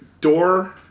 door